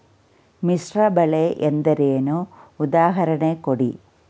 ಮಿಶ್ರ ಬೆಳೆ ಎಂದರೇನು, ಉದಾಹರಣೆ ಕೊಡಿ?